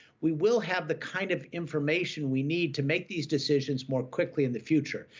we will have the kind of information we need to make these decisions more quickly in the future.